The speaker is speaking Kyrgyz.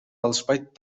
алышпайт